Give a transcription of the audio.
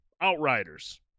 Outriders